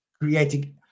creating